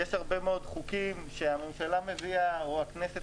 יש הרבה מאוד חוקים שהממשלה מביאה או הכנסת